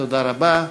תודה רבה.